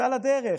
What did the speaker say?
זה על-הדרך,